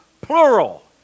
plural